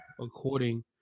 according